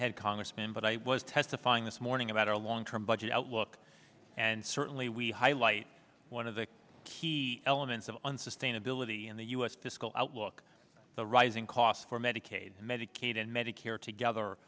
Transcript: head congressman but i was testifying this morning about our long term budget outlook and certainly we highlight one of the key elements of unsustainability in the u s fiscal outlook the rising costs for medicaid medicaid and medicare together